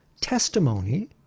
testimony